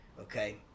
okay